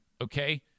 Okay